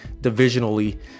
divisionally